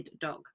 dog